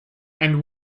and